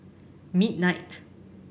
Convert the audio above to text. midnight